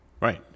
Right